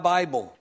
Bible